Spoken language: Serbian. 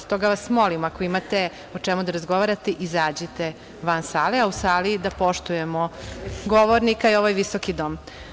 Stoga vas molim, ako imate o čemu da razgovarate izađite van sale, a u sali da poštujemo govornika, jer ovo je visoki dom.